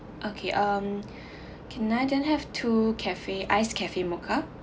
okay um can I then have two caffe iced caffe mocha